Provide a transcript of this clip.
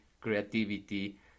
creativity